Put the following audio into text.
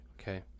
Okay